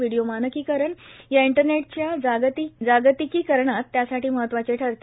video मानकीकरण या इंटरनेटच्या जागतिकीकरणात त्यासाठी महत्वाचे ठरते